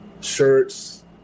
shirts